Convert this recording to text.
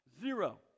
Zero